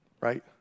right